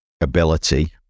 ability